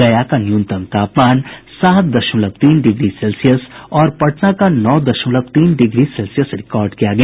गया का न्यूनतम तापमान सात दशमलव तीन डिग्री सेल्सियस और पटना का नौ दशमलव तीन डिग्री सेल्सियस रिकॉर्ड किया गया